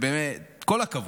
כל הכבוד.